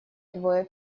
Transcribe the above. двое